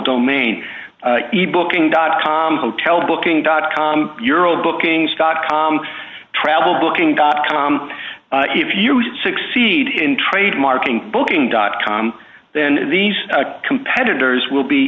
domain booking dot com hotel booking dot com ural bookings dot com travel booking dot com if you succeed in trademarking booking dot com then these competitors will be